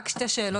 רק שתי שאלות.